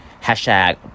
Hashtag